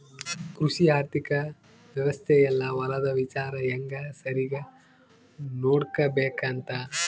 ಕೃಷಿ ಆರ್ಥಿಕ ವ್ಯವಸ್ತೆ ಯೆಲ್ಲ ಹೊಲದ ವಿಚಾರ ಹೆಂಗ ಸರಿಗ ನೋಡ್ಕೊಬೇಕ್ ಅಂತ